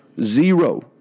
Zero